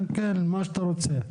כן, מה שאתה רוצה.